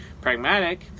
Pragmatic